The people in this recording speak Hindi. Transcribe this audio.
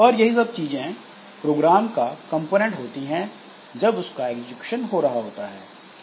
और यही सब चीजें प्रोग्राम का कंपोनेंट होती है जब उसका एग्जीक्यूशन हो रहा होता है